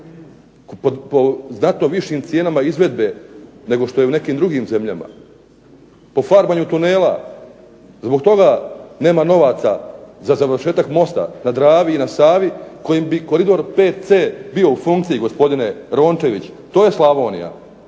po znatno višim cijenama izvedbe nego što je u nekim drugim zemljama, po farbanju tunela. Zbog toga nema novaca za završetak mosta na Dravi i Savi kojim bi koridor 5C bio u funkciji gospodine Rončević. To je Slavonija.